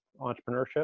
entrepreneurship